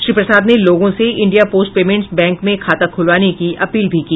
श्री प्रसाद ने लोगों से इंडिया पोस्ट पेमेंट्स बैंक में खाता खुलवाने की अपील भी की